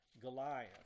Goliath